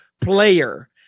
player